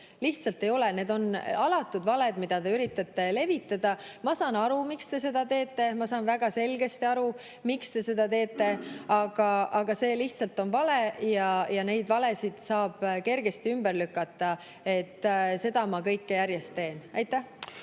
lihtsalt ei ole. Need on alatud valed, mida te üritate levitada. Ma saan aru, miks te seda teete, ma saan väga selgesti aru, miks te seda teete, aga see lihtsalt on vale ja neid valesid saab kergesti ümber lükata. Seda kõike ma järjest teen. Teid